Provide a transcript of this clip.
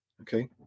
okay